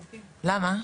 למה?